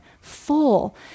full